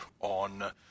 on